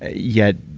ah yet,